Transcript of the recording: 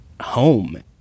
home